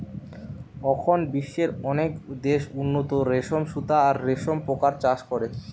অখন বিশ্বের অনেক দেশ উন্নত রেশম সুতা আর রেশম পোকার চাষ করে